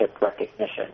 recognition